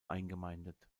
eingemeindet